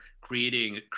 creating